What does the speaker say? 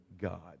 God